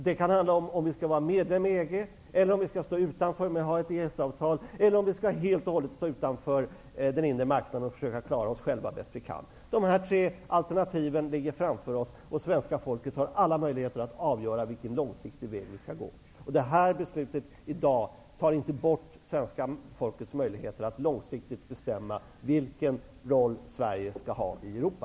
Det kan gälla om Sverige skall vara medlem i EG, om vi skall stå utanför och ha ett EES-avtal eller om vi helt och hållet skall stå utanför den inre marknaden och försöka klara oss själva bäst vi kan. De tre alternativen ligger framför oss, och svenska folket har alla möjligheter att avgöra vilken långsiktig väg vi skall gå. Beslutet i dag tar inte bort svenska folkets möjlighet att långsiktigt bestämma vilken roll Sverige skall ha i Europa.